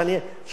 או חמש,